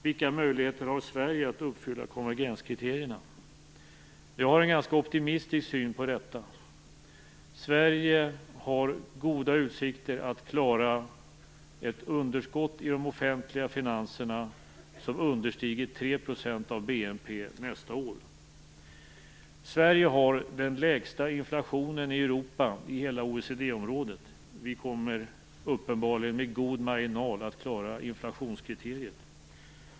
Vilka möjligheter har Sverige att uppfylla konvergenskriterierna? Jag har en ganska optimistisk syn på detta. Sverige har goda utsikter att nästa år klara ett underskott i de offentliga finanserna som understiger Sverige har den lägsta inflationen i Europa i hela OECD-området. Vi kommer uppenbarligen att klara inflationskriteriet med god marginal.